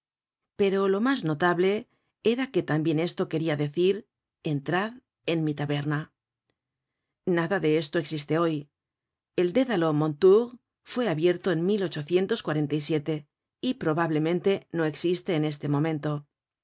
pero lo mas notable era que tambien esto queria decir entrad en mi taberna nada de esto existe hoy el dédalo mondetour fue abierto en y probablemente no existe en este momento